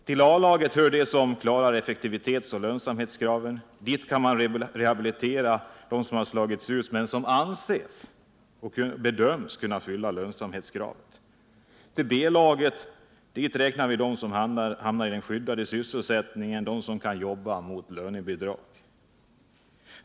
Till A-laget hör de som klarar effektivitetsoch lönsamhetskraven. Dit kan man återföra dem som har slagits ut men som bedöms kunna fylla de uppställda lönsamhetskraven. Till B-laget räknar vi dem som har hamnat i skyddad sysselsättning, människor som kan få jobb under förutsättning att företagen får lönebidrag.